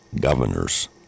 governors